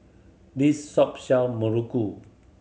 this shop sell muruku